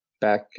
back